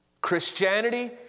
Christianity